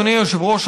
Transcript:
אדוני היושב-ראש,